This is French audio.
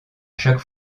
chaque